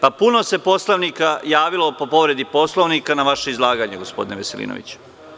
Puno se poslanika javilo po povredi Poslovnika na vaše izlaganje, gospodine Veselinoviću.